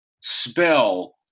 spell